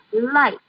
light